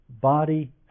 body